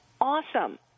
awesome